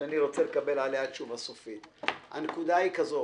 רוצה לקבל עליה תשובה סופית: הנקודה היא כזו